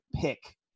pick